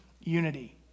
unity